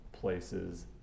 Places